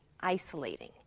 isolating